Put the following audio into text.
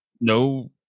no